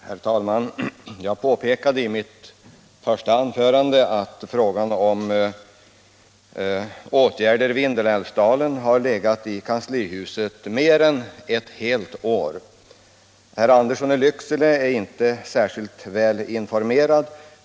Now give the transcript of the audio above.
Herr talman! Jag påpekade i mitt första anförande att frågan om åtgärder för Vindelälvsdalen har legat i kanslihuset i mer än ett helt år. Herr Andersson i Lycksele är inte särskilt väl informerad.